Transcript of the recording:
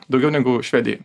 daugiau negu švedijoj